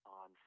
on